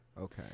Okay